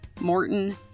Morton